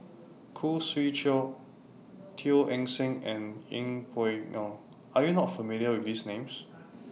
Khoo Swee Chiow Teo Eng Seng and Yeng Pway Ngon Are YOU not familiar with These Names